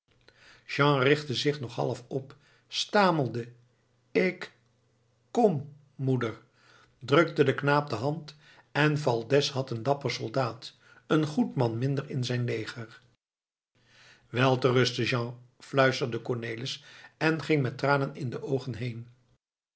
jean richtte zich nog half op stamelde ik k om moeder drukte den knaap de hand en valdez had een dapper soldaat een goed man minder in zijn leger wel te rusten jean fluisterde cornelis en ging met tranen in de oogen heen